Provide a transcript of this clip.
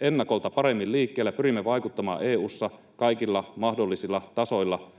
ennakolta paremmin liikkeellä, pyrimme vaikuttamaan EU:ssa kaikilla mahdollisilla tasoilla